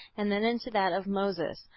and then into that of moses.